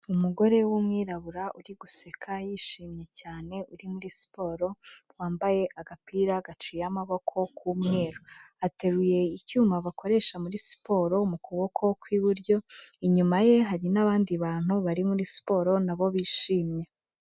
Umugore w'umwirabura, uri guseka, yishimye cyane, uri muri siporo, wambaye agapira gaciye amaboko k'umweru. Ateruye icyuma bakoresha muri siporo mu kuboko kw'iburyo, inyuma ye hari n'abandi bantu bari muri siporo, na bo bishimye.